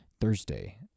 Thursday